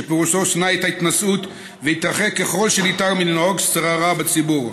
שפירושו שנא את ההתנשאות והתרחק ככל שניתן מלנהוג שררה בציבור.